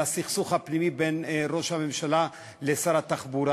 הסכסוך הפנימי בין ראש הממשלה לשר התחבורה.